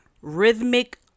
rhythmic